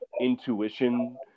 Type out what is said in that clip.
intuition